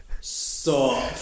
stop